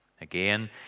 Again